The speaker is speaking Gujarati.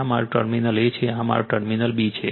આ મારું ટર્મિનલ A છે અને આ મારો B છે